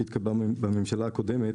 שהתקבלה בממשלה הקודמת,